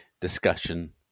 discussion